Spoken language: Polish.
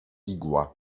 igła